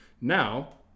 Now